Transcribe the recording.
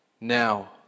Now